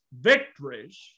victories